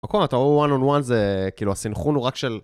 הכל, אתה רואה, הוא one on one, זה כאילו הסנכרון הוא רק של...